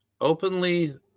openly